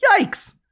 Yikes